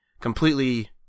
completely